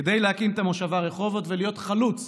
כדי להקים את המושבה רחובות ולהיות חלוץ